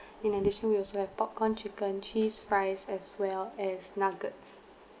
in addition we also have popcorn chicken cheese fries as well as nuggets